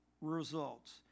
results